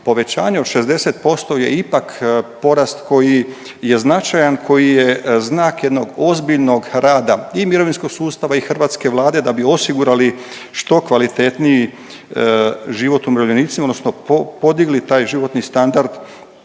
povećanje od 60% je ipak porast koji je značajan, koji je znak jednog ozbiljnog rada i mirovinskog sustava i Hrvatske Vlade da bi osigurali što kvalitetniji život umirovljenicima, odnosno podigli taj životni standard